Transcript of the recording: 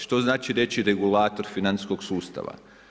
Što znači reći regulator financijskog sustava.